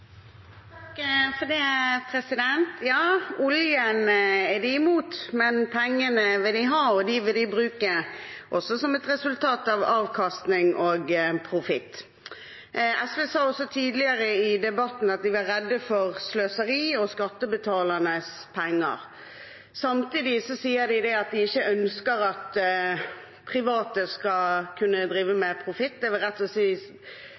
de imot, men pengene vil de ha, og dem vil de bruke, også som et resultat av avkastning og profitt. SV sa også tidligere i debatten at de var redde for sløseri og skattebetalernes penger. Samtidig sier de at de ikke ønsker at private skal kunne drive med profitt. Det vil strengt tatt si